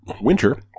Winter